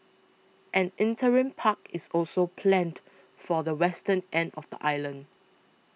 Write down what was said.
an interim park is also planned for the western end of the island